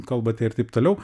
kalbate ir taip toliau